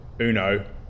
Uno